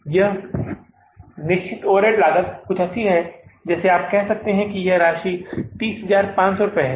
यह निश्चित ओवरहेड लागत कुछ ऐसी है जैसे आप कह सकते हैं कि यह राशि 30500 है